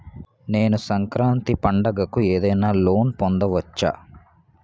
నేను సంక్రాంతి పండగ కు ఏదైనా లోన్ పొందవచ్చా?